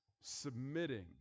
submitting